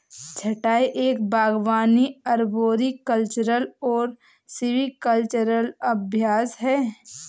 छंटाई एक बागवानी अरबोरिकल्चरल और सिल्वीकल्चरल अभ्यास है